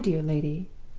my dear lady,